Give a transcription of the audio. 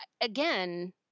again